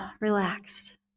relaxed